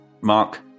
Mark